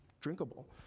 drinkable